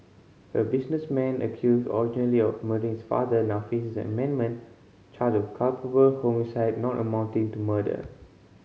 a businessman accused originally of murdering his father now faces an amended charge of culpable homicide not amounting to murder